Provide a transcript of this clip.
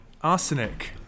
Arsenic